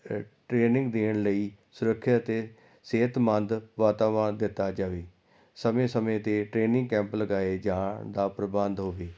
training ਦੇਣ ਲਈ ਸੁਰੱਖਿਆ ਅਤੇ ਸਿਹਤਮੰਦ ਵਾਤਾਵਰਣ ਦਿੱਤਾ ਜਾਵੇ ਸਮੇਂ ਸਮੇਂ 'ਤੇ ਟ੍ਰੇਨਿੰਗ ਕੈਂਪ ਲਗਾਏ ਜਾਣ ਦਾ ਪ੍ਰਬੰਧ ਹੋਵੇ